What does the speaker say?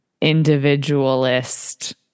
individualist